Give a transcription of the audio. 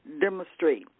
demonstrate